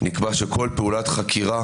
נקבע שכל פעולת חקירה